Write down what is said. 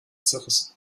zerrissen